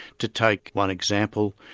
to take one example,